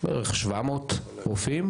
במעו"ף 600 רופאים.